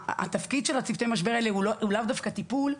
התפקיד של צוותי המשבר האלה הוא לאו דווקא טיפול.